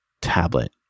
tablet